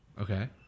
Okay